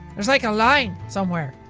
there's like a line, somewhere,